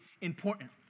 important